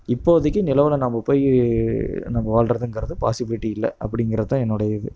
இப்போதைக்கி நிலவில் நம்ம போய் நம்ம வாழ்கிறதுங்கிறது பாசிபிலிட்டி இல்லை அப்படிங்கறதுதான் என்னோடைய இது